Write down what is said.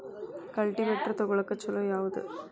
Cultivator ತೊಗೊಳಕ್ಕ ಛಲೋ ಯಾವದ?